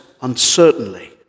uncertainly